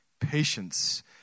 patience